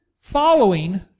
following